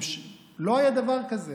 לא היה דבר כזה.